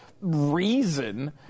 reason